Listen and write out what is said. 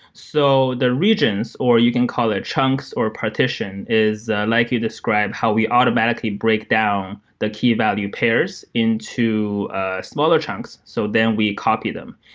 so the regions or you can call it chunks or partition is like you describe how we automatically breakdown the key value pairs into smaller chunks. so then we copy them.